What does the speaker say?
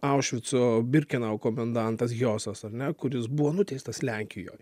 aušvico birkenau komendantas hiosas ar ne kuris buvo nuteistas lenkijoj